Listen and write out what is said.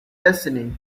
destiny